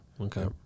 Okay